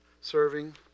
serving